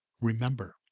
remember